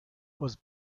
was